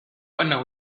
أنه